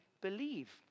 believe